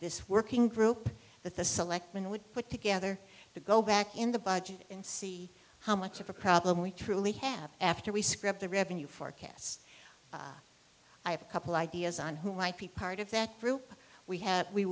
this working group that the selectmen would put together to go back in the budget and see how much of a problem we truly have after we screw up the revenue forecasts i have a couple ideas on who might be part of that group we have we